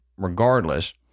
Regardless